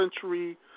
century